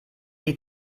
die